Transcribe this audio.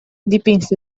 dipinse